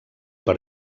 per